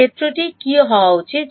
ক্ষেত্রটি কী হওয়া উচিত